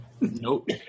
Nope